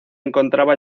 encontraba